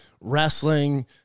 wrestling